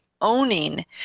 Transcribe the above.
owning